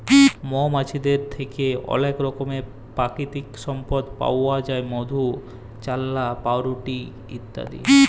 মমাছিদের থ্যাকে অলেক রকমের পাকিতিক সম্পদ পাউয়া যায় মধু, চাল্লাহ, পাউরুটি ইত্যাদি